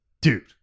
Dude